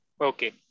Okay